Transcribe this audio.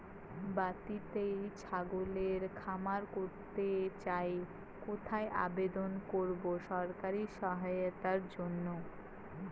বাতিতেই ছাগলের খামার করতে চাই কোথায় আবেদন করব সরকারি সহায়তার জন্য?